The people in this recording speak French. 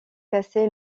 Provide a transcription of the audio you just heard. cassé